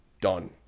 Done